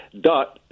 dot